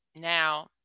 Now